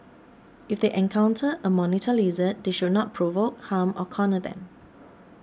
if they encounter a monitor lizard they should not provoke harm or corner them